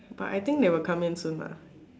but I think they will come in soon lah